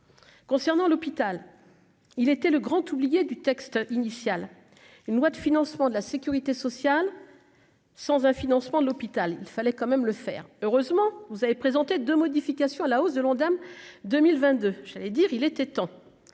concernant l'hôpital, il était le grand oublié du texte initial, une loi de financement de la Sécurité sociale sans un financement de l'hôpital, il fallait quand même le faire heureusement vous avez présenté de modification à la hausse de l'Ondam 2022, j'allais dire il était temps,